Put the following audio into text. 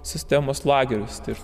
sistemos lagerius ir